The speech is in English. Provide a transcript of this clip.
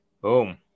Boom